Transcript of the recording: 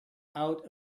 out